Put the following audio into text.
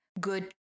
good